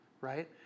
right